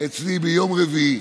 אצלי ביום רביעי,